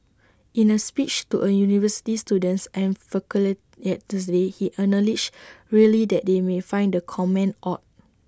in A speech to A university students and yet Tuesday he acknowledged really that they may find the comment odd